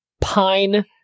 pine